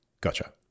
Gotcha